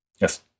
yes